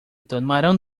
tomaron